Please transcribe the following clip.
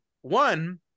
one